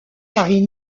paris